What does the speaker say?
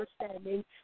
understanding